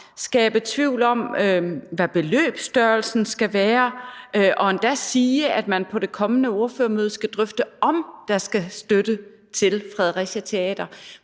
skabe tvivl om, hvad beløbsstørrelsen skal være, og endda sige, at man på det kommende ordførermøde skal drøfte, om der skal støtte til Fredericia Teater.